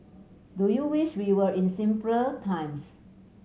do you wish we were in simpler times